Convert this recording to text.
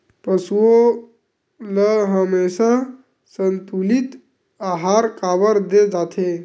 पशुओं ल हमेशा संतुलित आहार काबर दे जाथे?